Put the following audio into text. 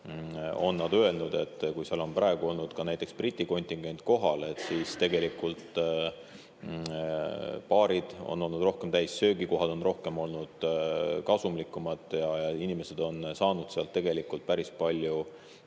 on nad öelnud, et kui seal on praegu olnud näiteks Briti kontingent kohal, siis tegelikult baarid on olnud rohkem täis, söögikohad on olnud kasumlikumad ja inimesed on saanud sealt päris palju